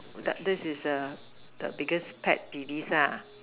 this is the the biggest pet peeves lah